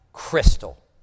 crystal